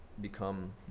become